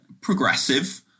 progressive